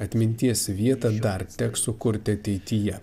atminties vietą dar teks sukurti ateityje